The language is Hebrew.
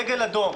דגל אדום.